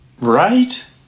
Right